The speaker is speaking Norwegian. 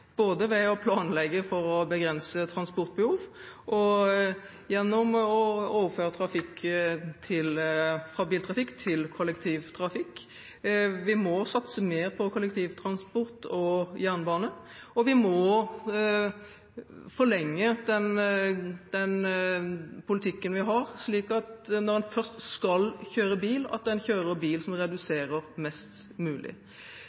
både ved å planlegge for å begrense transportbehov og gjennom å overføre trafikk fra biltrafikk til kollektivtrafikk. Vi må satse mer på kollektivtransport og jernbane, og vi må forlenge den politikken vi har, slik at når en først skal kjøre bil, kjører bil som reduserer utslipp mest mulig.